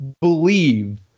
believe –